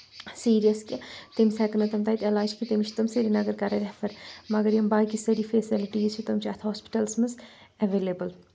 serious کہِ تٔمِس ہٮ۪کَنہٕ تِم تَتہِ علاج کینٛہہ تٔمِس چھِ تِم سری نگر کَرٕنۍ ریفَر مَگَر یِم باقٕے سٲری فیسَلٹیٖز چھِ تِم چھِ اَتھ ہوسپِٹَلَس منٛز اٮ۪ویلیبٕل